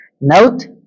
Note